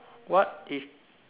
what is